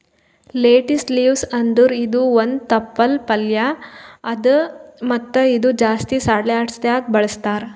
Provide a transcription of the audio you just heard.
lettuce leaves ಅಂದುರ್ ಇದು ಒಂದ್ ತಪ್ಪಲ್ ಪಲ್ಯಾ ಅದಾ ಮತ್ತ ಇದು ಜಾಸ್ತಿ ಸಲಾಡ್ನ್ಯಾಗ ಬಳಸ್ತಾರ್